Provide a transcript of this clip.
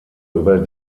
über